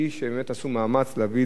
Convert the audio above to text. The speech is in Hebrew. שעשו מאמץ להביא את זה